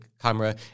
camera